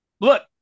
Look